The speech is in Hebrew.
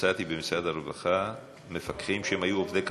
מצאתי במשרד הרווחה מפקחים שהיו עובדי קבלן.